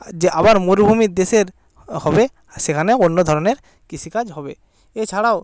আবার মরুভূমির দেশের হবে সেখানে অন্য ধরনের কৃষিকাজ হবে এছাড়াও